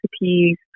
recipes